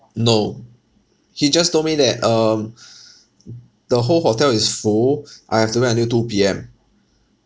no he just told me that um the whole hotel is full I have to wait until two P_M